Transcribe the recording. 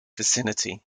vicinity